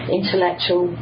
intellectual